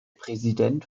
präsident